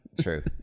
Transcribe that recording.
true